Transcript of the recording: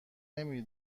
نمی